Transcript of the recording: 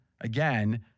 again